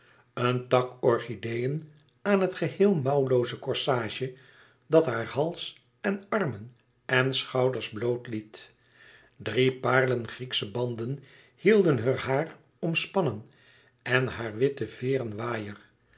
een tak orchideeën aan het geheel mouwlooze corsage e ids aargang dat haar hals en armen en schouders bloot liet drie parelen grieksche banden hielden heur haar omspannen en haar witte veêren waaier